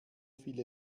viele